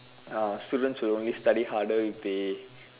ah students will only study harder if they